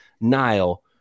Nile